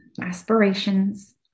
aspirations